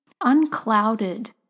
unclouded